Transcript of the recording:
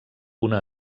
una